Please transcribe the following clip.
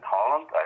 Holland